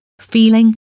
feeling